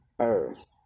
earth